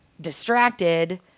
distracted